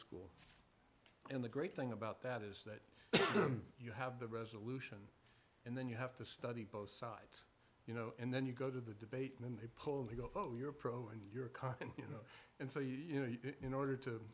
school and the great thing about that is that you have the resolution and then you have to study both sides you know and then you go to the debate and then they pull and we go oh you're a pro and you're a cock and you know and so you know in order to